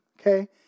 okay